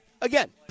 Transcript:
Again